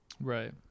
Right